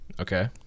Okay